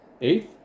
Eighth